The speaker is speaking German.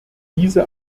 diese